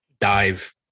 dive